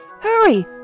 Hurry